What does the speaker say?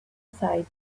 side